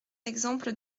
exemple